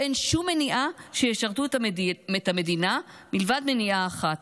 שאין שום מניעה שישרתו את המדינה מלבד מניעה אחת,